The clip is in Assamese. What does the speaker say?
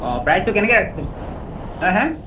অঁ প্ৰাইচটো কেনেকৈ ৰাখিছিল হে হে